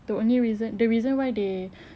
the only reason the reason why they